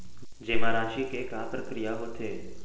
जेमा राशि के का प्रक्रिया होथे?